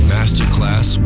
Masterclass